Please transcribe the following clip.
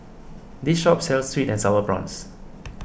this shop sells Sweet and Sour Prawns